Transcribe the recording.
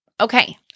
Okay